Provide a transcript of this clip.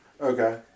Okay